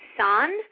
son